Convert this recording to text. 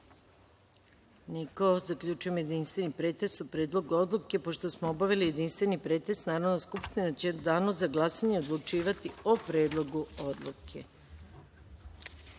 reda? Zaključujem jedinstveni pretres o Predlogu odluke. Pošto smo obavili jedinstveni pretres, Narodna skupština će u Danu za glasanje odlučivati o Predlogu odluke